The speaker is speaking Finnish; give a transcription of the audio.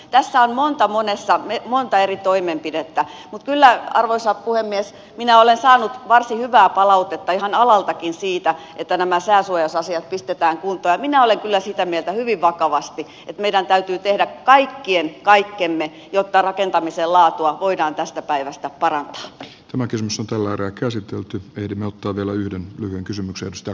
tässä on monta eri toimenpidettä mutta kyllä arvoisa puhemies minä olen saanut varsin hyvää palautetta ihan alaltakin siitä että nämä sääsuojausasiat pistetään kuntoon ja minä olen kyllä sitä mieltä hyvin vakavasti että meidän kaikkien täytyy tehdä kaikkemme jotta rakentamisen laatua voidaan tästä päivästä parannus tämä kysymys on tällä erää käsitelty ehdimme ottaa vielä yhden kysymyksen parantaa